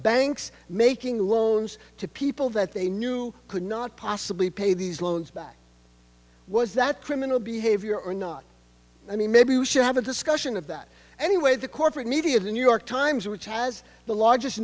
banks making loans to people that they knew could not possibly pay these loans back was that criminal behavior or not i mean maybe you should have a discussion of that anyway the corporate media the new york times which has the largest